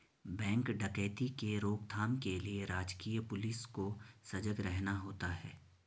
bank डकैती के रोक थाम के लिए राजकीय पुलिस को सजग रहना होता है